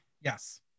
Yes